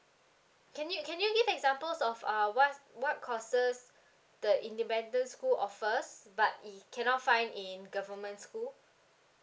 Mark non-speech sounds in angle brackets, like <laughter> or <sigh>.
can you can you give examples of uh what's what causes <breath> the independent school offers but it cannot find in government school